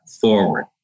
forward